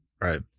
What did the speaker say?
Right